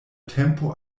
tempo